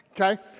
okay